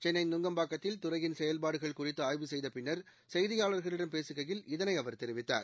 சென்னை நுங்கம்பாக்கத்தில் துறையின் செயல்பாடுகள் குறித்துஆய்வு செய்தபின்னர் செய்தியாளர்களிடம் பேசுகையில் இதனைஅவர் தெரிவித்தார்